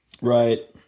Right